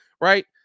right